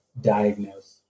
diagnose